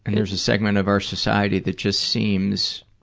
and there's a segment of our society that just seems